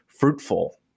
fruitful